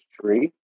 three